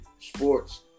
Sports